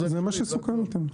זה מה שסוכם איתם.